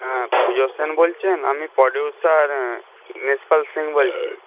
হ্যাঁ পূজা সেন বলছেন আমি প্রডিউসার নিসপাল সিং বলছি